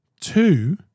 two